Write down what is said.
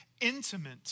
intimate